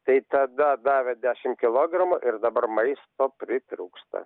tai tada davė dešim kilogramų ir dabar maisto pritrūksta